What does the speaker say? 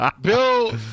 Bill